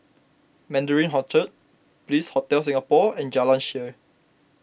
Mandarin Orchard Bliss Hotel Singapore and Jalan Shaer